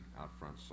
out-front